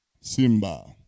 Simba